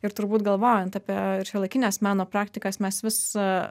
ir turbūt galvojant apie šiuolaikines meno praktikas mes vis